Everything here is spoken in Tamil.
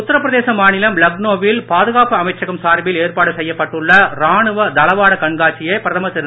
உத்திரப்பிரதேச மாநிலம் லக்னோவில் பாதுகாப்பு அமைச்சகம் சார்பில் ஏற்பாடு செய்யப்பட்டுள்ள ராணுவ தளவாடக் கண்காட்சியை பிரதமர் திரு